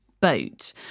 boat